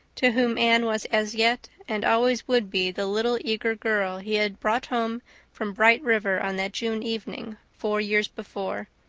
to whom anne was as yet and always would be the little, eager girl he had brought home from bright river on that june evening four years before.